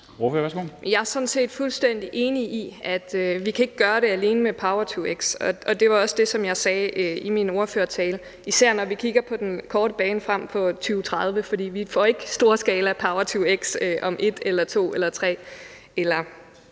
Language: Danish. Anne Paulin (S): Jeg er sådan set fuldstændig enig i, at vi ikke kan gøre det alene med power-to-x, og det var også det, som jeg sagde i min ordførertale, især når vi kigger på den korte bane frem mod 2030. For vi får ikke storskala-power-to-x om 1, 2, 3 eller –